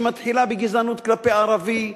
שמתחילה בגזענות כלפי ערבי,